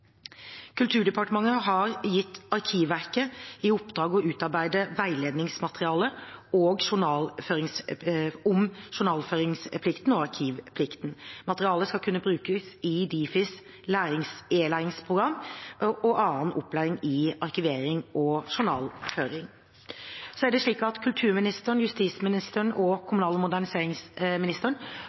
Kulturdepartementet har gitt Arkivverket i oppdrag å utarbeide veiledningsmateriale om journalføringsplikten og arkivplikten. Materialet skal kunne brukes i Difis e-læringsprogram og annen opplæring i arkivering og journalføring. Kulturministeren, justisministeren og kommunal- og moderniseringsministeren